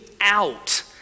out